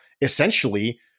essentially